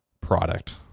product